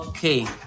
Okay